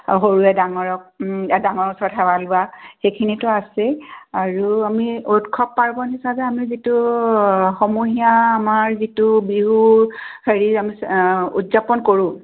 সৰুৱে ডাঙৰক ডাঙৰৰ ওচৰত সেৱা লোৱা সেইখিনিতো আছেই আৰু আমি উৎসৱ পাৰ্বণ হিচাপে আমি যিটো সমূহীয়া আমাৰ যিটো বিহু হেৰি আমি উদযাপন কৰোঁ